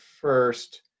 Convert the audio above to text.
first